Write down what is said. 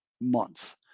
Months